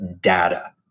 data